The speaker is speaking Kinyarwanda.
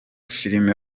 filime